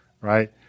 right